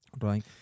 Right